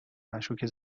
مشکوکه